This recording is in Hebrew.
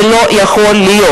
זה לא יכול להיות.